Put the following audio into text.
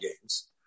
games